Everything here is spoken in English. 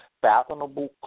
fathomable